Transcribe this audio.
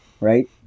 right